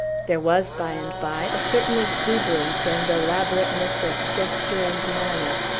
there was, by and by, a certain exuberance and elaborateness of gesture and manner,